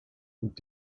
und